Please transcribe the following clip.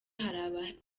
hari